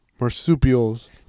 marsupials